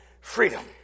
freedom